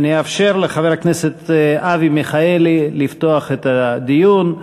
אני אאפשר לחבר הכנסת אבי מיכאלי לפתוח את הדיון,